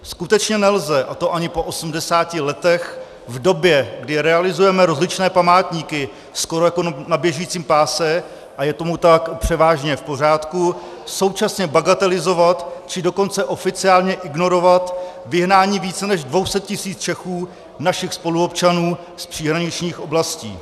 Skutečně nelze, a to ani po 80 letech, v době, kdy realizujeme rozličné památníky skoro jako na běžícím páse, a je to tak převážně v pořádku, současně bagatelizovat, či dokonce oficiálně ignorovat vyhnání více než dvou set tisíc Čechů, našich spoluobčanů, z příhraničních oblastí.